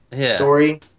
story